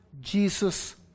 Jesus